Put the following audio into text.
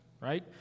right